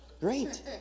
great